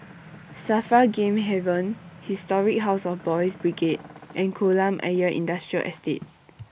Safar Game Haven Historic House of Boys' Brigade and Kolam Ayer Industrial Estate